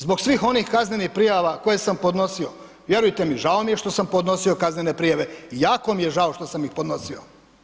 Zbog svih onih kaznenih prijava koje sam podnosio, vjerujte mi žao mi je što sam podnosio kaznene prijave, jako mi je žao što sam ih podnosio.